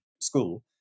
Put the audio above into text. school